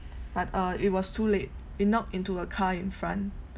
but uh it was too late it knocked into a car in front